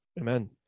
Amen